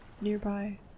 nearby